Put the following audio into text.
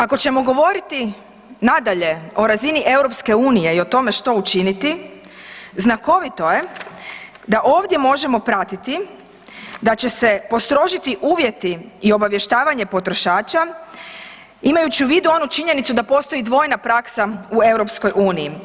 Ako ćemo govoriti nadalje o razini EU i o tome što učiniti znakovito je da ovdje možemo pratiti da će se postrožiti uvjeti i obavještavanje potrošača imajući u vidu onu činjenicu da postoji dvojna praksa u EU.